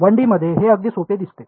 1 D मध्ये हे अगदी सोपे दिसते